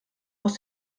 aus